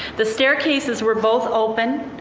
the staircases were both open